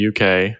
UK